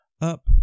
up